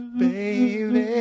baby